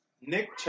Nick